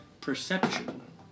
perception